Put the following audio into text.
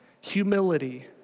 humility